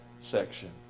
section